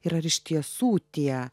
ir ar iš tiesų tie